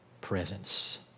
presence